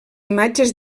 imatges